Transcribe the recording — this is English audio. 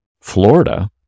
Florida